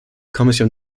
kommission